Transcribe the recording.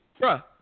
bruh